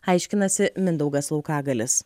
aiškinasi mindaugas laukagalis